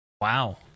Wow